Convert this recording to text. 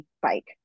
bike